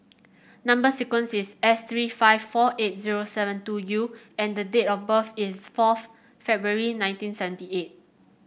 number sequence is S three five four eight zero seven two U and the date of birth is fourth February nineteen seventy eight